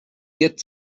get